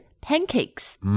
pancakes